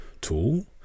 tool